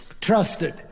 trusted